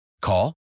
Call